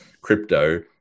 crypto